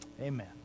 Amen